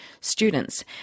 students